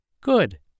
Good